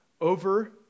over